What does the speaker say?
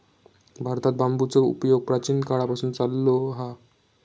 भारतात बांबूचो उपयोग प्राचीन काळापासून चाललो हा